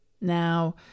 Now